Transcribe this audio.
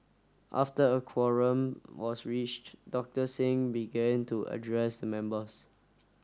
after a quorum was reached Doctor Singh began to address the members